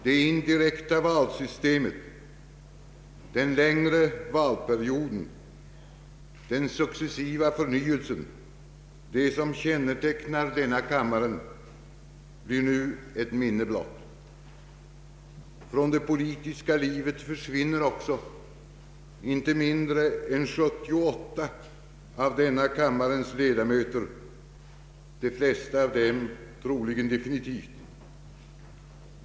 Det indirekta valsystemet, den längre valperioden, den successiva förnyelsen, det som kännetecknat denna kammare blir nu ett minne blott. Från det politiska livet försvinner också icke mindre än 78 av denna kammares ledamöter, de flesta av dem troligen definitivt.